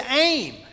aim